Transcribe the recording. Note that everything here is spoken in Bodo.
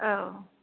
औ